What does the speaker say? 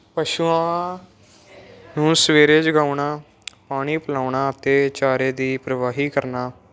ਪਸ਼ੂਆਂ ਨੂੰ ਸਵੇਰੇ ਜਗਾਉਣਾ ਪਾਣੀ ਪਿਲਾਉਣਾ ਅਤੇ ਚਾਰੇ ਦੀ ਪਰਵਾਹੀ ਕਰਨਾ